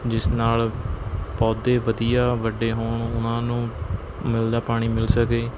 ਜਿਸ ਨਾਲ ਪੌਦੇ ਵਧੀਆ ਵੱਡੇ ਹੋਣ ਉਹਨਾਂ ਨੂੰ ਮਿਲਦਾ ਪਾਣੀ ਮਿਲ ਸਕੇ